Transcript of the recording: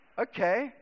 Okay